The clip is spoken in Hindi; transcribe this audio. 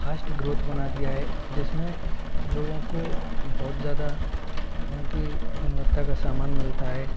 फास्ट ग्रोथ बना दिया है जिसमें लोगों को बहुत ज़्यादा उनकी गुणवत्ता का सामान मिलता है